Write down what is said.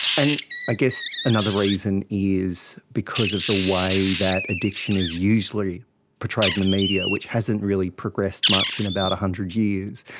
and i guess another reason is because of the way that addiction is usually portrayed in the media which hasn't really progressed much in about one hundred years,